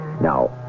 Now